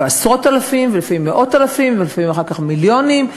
ולפעמים עשרות-אלפים ולפעמים אחר כך מיליונים,